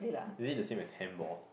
is it the same as handball